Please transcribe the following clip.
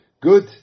Good